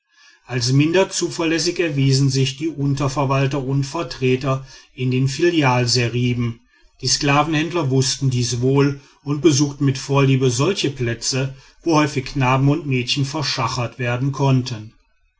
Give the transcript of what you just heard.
als minder zuverlässig erwiesen sich die unterverwalter und vertreter in den filialseriben die sklavenhändler wußten dies wohl und besuchten mit vorliebe solche plätze wo häufig knaben und mädchen verschachert werden konnten